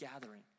gathering